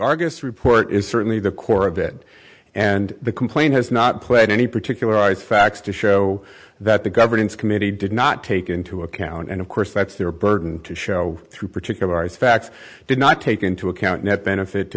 argus report is certainly the core of it and the complaint has not played any particular ice facts to show that the governance committee did not take into account and of course that's their burden to show through particular eyes facts did not take into account net benefit to